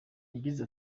yagize